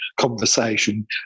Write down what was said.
conversation